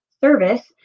service